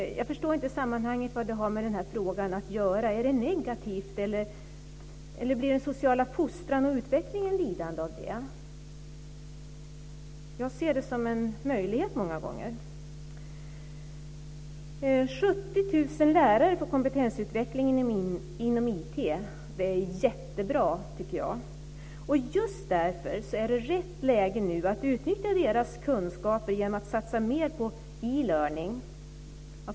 Jag förstår inte vad det har med den här frågan att göra. Är det negativt? Blir den sociala fostran och utvecklingen lidande av det? Jag ser det som en möjlighet många gånger. Det är jättebra, tycker jag! Just därför är det rätt läge att utnyttja deras kunskaper genom att satsa mer på elearning.